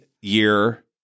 year